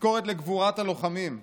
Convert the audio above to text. תזכורת לגבורת הלוחמים,